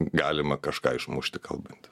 galima kažką išmušti kalbant